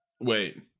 Wait